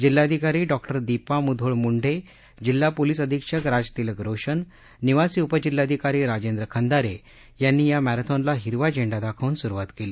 जिल्हाधिकारी डॉक्टर दीपा मुधोळ मुंडे जिल्हा पोलिस अधीक्षक राजतिलक रोशन निवासी उपजिल्हाधिकारी राजेंद्र खंदारे यांनी या मर्ष्ठिॉनला हिरवा झेंडा दाखवून सुरुवात केली